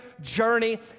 journey